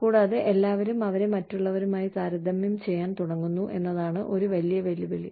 കൂടാതെ എല്ലാവരും അവരെ മറ്റുള്ളവരുമായി താരതമ്യം ചെയ്യാൻ തുടങ്ങുന്നു എന്നതാണ് ഒരു വലിയ വെല്ലുവിളി